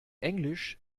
englisch